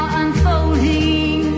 unfolding